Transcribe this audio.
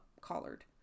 collared